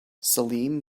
salim